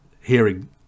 hearing